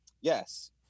yes